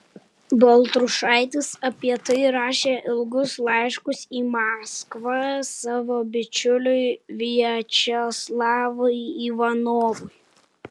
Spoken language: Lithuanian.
baltrušaitis apie tai rašė ilgus laiškus į maskvą savo bičiuliui viačeslavui ivanovui